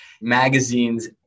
magazines